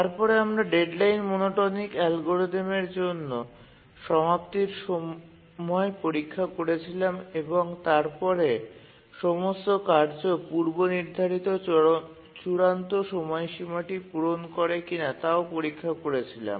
তারপরে আমরা deadline monotonic অ্যালগরিদমের জন্য সমাপ্তির সময় পরীক্ষা করেছিলাম এবং তারপরে সমস্ত কার্য পূর্ব নির্ধারিত চূড়ান্ত সময়সীমাটি পূরণ করে কিনা তাও পরীক্ষা করেছিলাম